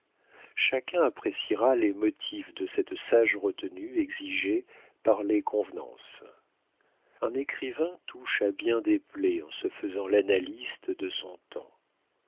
chacun appréciera les motifs de cette sage retenue exigée par les convenances un écrivain touche à bien des plaies en se faisant l'annaliste de son temps